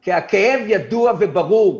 כי הכאב ידוע וברור,